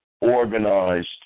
organized